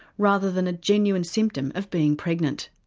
rather than a genuine symptom of being pregnant.